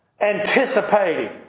anticipating